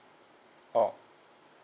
oh